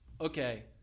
okay